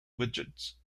widget